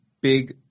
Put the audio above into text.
big